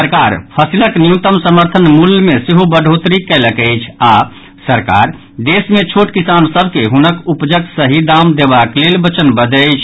सरकार फसिलक न्यूनतम समर्थन मूल्य मे सेहो बढ़ोतरी कयलक अछि आओर सरकार देश मे छोट किसान सभ के हुनक उपजक सही दाम देबाक लेल वचनबद्ध अछि